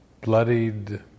bloodied